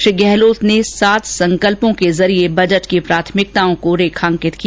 मुख्यमंत्री ने सात संकल्पों के जरिये बजट की प्राथमिकताओं को रेखांकित किया